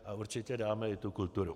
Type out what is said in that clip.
A určitě dáme i tu kulturu.